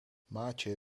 maartje